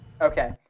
Okay